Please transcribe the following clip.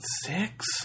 six